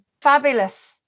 fabulous